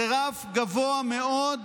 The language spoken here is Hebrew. זה רף גבוה מאוד,